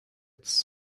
its